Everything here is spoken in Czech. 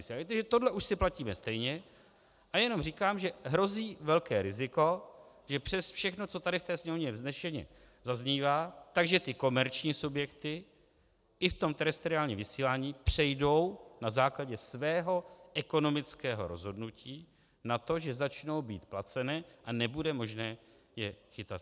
Víte, že tohle už si platíme stejně, a jenom říkám, že hrozí velké riziko, že přes všechno, co tady v té Sněmovně vznešeně zaznívá, ty komerční subjekty i v terestriálním vysílání přejdou na základě svého ekonomického rozhodnutí na to, že začnou být placeny a nebude možné je chytat .